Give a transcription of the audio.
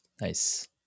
Nice